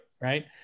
right